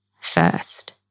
first